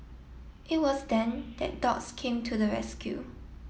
it was then that dogs came to the rescue